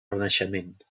renaixement